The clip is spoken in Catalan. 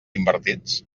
invertits